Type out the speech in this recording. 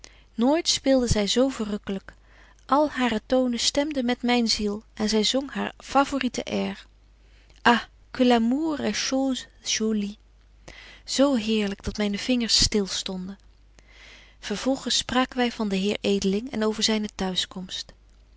nooit speelde zy zo verrukkelyk al hare tonen stemden met myn ziel en zy zong haar favorite air ah que l'amour est chose jolie betje wolff en aagje deken historie van mejuffrouw sara burgerhart zo heerlyk dat myne vingers stil stonden vervolgens spraken wy van den heer edeling en over zyne t'huiskomst